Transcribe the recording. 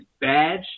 badge